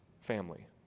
family